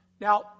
Now